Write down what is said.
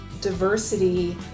Diversity